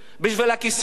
בשביל הכיסא.